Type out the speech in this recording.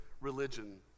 religion